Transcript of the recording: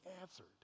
answered